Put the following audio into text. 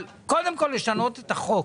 אבל קודם כול לשנות את החוק.